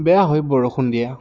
বেয়া হয় বৰষুণ দিয়া